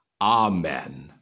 Amen